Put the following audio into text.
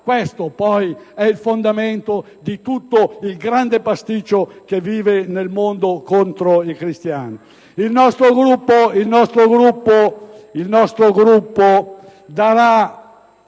Questo poi è il fondamento di tutto il grande pasticcio che si vive nel mondo contro i cristiani. Il nostro Gruppo darà